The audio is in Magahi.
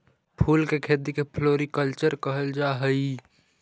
फूल के खेती के फ्लोरीकल्चर कहल जा हई